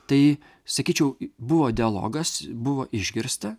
tai sakyčiau buvo dialogas buvo išgirsta